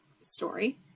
story